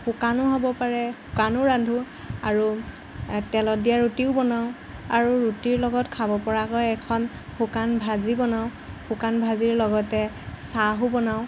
শুকানো হ'ব পাৰে শুকানো ৰান্ধো আৰু তেলত দিয়া ৰুটিও বনাও আৰু ৰুটিৰ লগত খাব পৰাকৈ এখন শুকান ভাজি বনাওঁ শুকান ভাজিৰ লগতে চাহো বনাওঁ